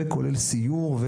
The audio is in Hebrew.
וכולל סיור,